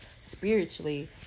spiritually